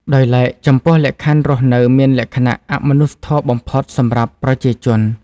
ដោយឡែក ចំពោះលក្ខខណ្ឌរស់នៅមានលក្ខណៈអមនុស្សធម៌បំផុតសម្រាប់ប្រជាជន។